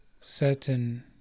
certain